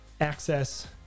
access